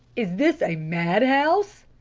is this a mad house?